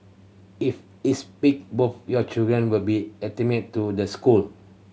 if it's picked both your children will be admitted to the school